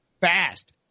fast